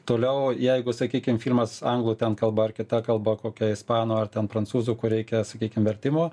toliau jeigu sakykim filmas anglų ten kalba ar kita kalba kokia ispanų ar ten prancūzų kur reikia sakykim vertimo